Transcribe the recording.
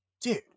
Dude